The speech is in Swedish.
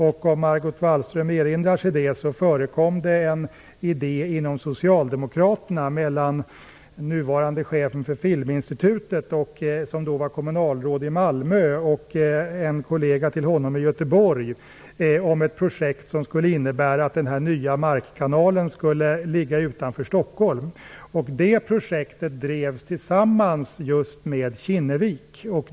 Om Margot Wallström erinrar sig förekom det en idé inom Socialdemokraterna framförd av nuvarande chefen för Filminstitutet, som då var kommunalråd i Malmö, och en kollega till honom i Göteborg om ett projekt som skulle innebära att den nya markkanalen skulle ligga utanför Stockholm. Det projektet drevs tillsammans med just med Kinnevik.